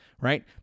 right